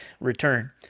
return